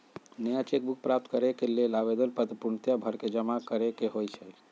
नया cheque book प्राप्त करेके लेल आवेदन पत्र पूर्णतया भरके जमा करेके होइ छइ